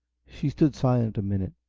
she stood silent a minute,